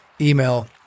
email